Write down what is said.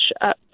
up